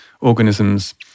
organisms